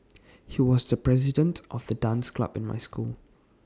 he was the president of the dance club in my school